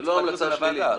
זאת לא המלצה שלילית.